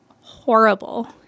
horrible